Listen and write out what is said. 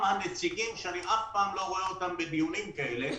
גם הנציגים שאני אף פעם לא רואה אותם בדיונים כאלה,